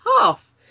Half